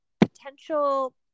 potential